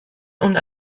und